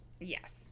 Yes